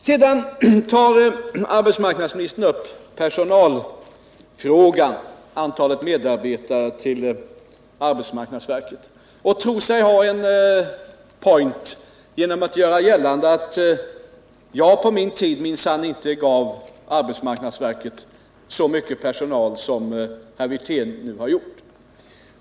Sedan tog arbetsmarknadsministern upp frågan om antalet medarbetare inom arbetsmarknadsverket och trodde sig ha en poäng genom att göra gällande att jag på min tid minsann inte gav arbetsmarknadsverket så mycket personal som herr Wirtén nu har gjort.